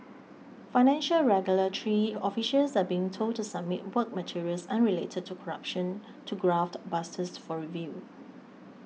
financial regulatory officials are being told to submit work materials unrelated to corruption to graft busters for review